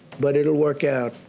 but it will work out.